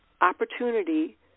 Opportunity